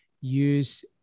use